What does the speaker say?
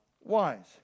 wise